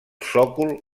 sòcol